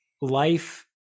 life